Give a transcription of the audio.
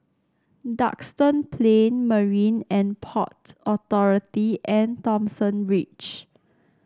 Duxton Plain Marine And Port Authority and Thomson Ridge